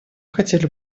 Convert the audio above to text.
хотели